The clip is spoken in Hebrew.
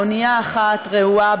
באונייה אחת רעועה,